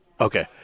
Okay